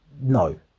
no